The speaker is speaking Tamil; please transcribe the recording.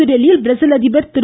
புதுதில்லியில் பிரேசில் அதிபர் திரு